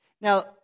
Now